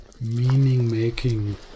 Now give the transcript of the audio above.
meaning-making